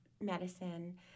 medicine